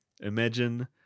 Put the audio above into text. Imagine